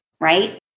Right